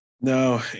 No